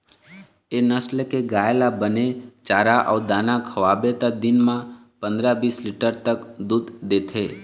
ए नसल के गाय ल बने चारा अउ दाना खवाबे त दिन म पंदरा, बीस लीटर तक दूद देथे